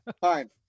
fine